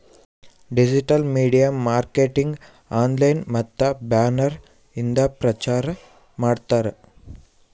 digital media marketing online ಮತ್ತ banner ಇಂದ ಪ್ರಚಾರ್ ಮಾಡ್ತಾರ್